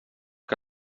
que